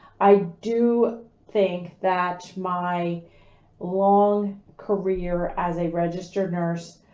i do think that my long career as a registered nurse,